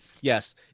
Yes